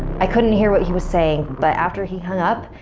i couldn't hear what he was saying but after he hung up,